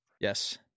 yes